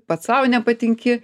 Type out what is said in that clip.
pats sau nepatinki